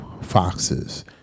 foxes